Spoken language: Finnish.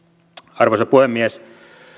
arvoisa puhemies